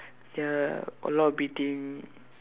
ya a lot of beating